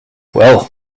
well